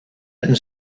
and